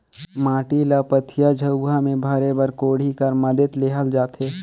माटी ल पथिया, झउहा मे भरे बर कोड़ी कर मदेत लेहल जाथे